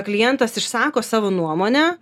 klientas išsako savo nuomonę